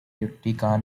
utica